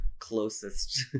closest